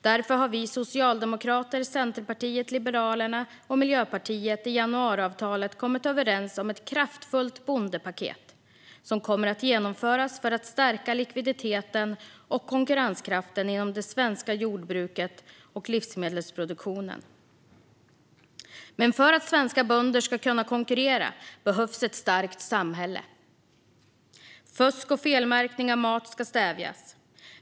Därför har Socialdemokraterna, Centerpartiet, Liberalerna och Miljöpartiet i januariavtalet kommit överens om ett kraftfullt bondepaket. Det kommer att genomföras för att stärka likviditeten och konkurrenskraften inom det svenska jordbruket och livsmedelsproduktionen. Men för att svenska bönder ska kunna konkurrera behövs ett starkt samhälle. Fusk och felmärkning av mat ska stävjas.